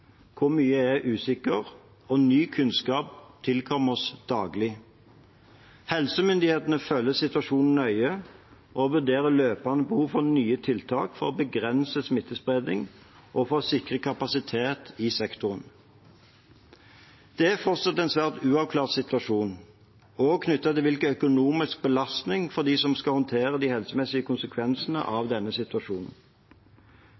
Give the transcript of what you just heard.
mye er usikkert og ny kunnskap tilkommer oss daglig. Helsemyndighetene følger situasjonen nøye og vurderer løpende behovet for nye tiltak for å begrense smittespredning og for å sikre kapasiteten i sektoren. Det er fortsatt en svært uavklart situasjon, også knyttet til hvilken økonomisk belastning det er for dem som skal håndtere de helsemessige konsekvensene